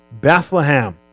Bethlehem